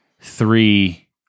three